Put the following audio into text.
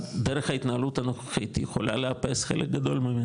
הדרך ההתנהלות הנוכחית היא יכולה לאפס חלק גדול מהם